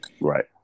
right